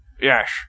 Yes